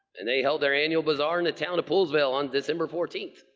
and they held their annual bazaar in the town of poolesville on december fourteenth,